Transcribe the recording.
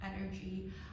energy